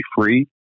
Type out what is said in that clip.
free